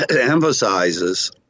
emphasizes—